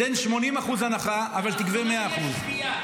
תן 80% הנחה אבל תגבה 100%. לאחרונה יש גבייה,